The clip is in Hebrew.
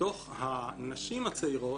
מתוך הנשים הצעירות,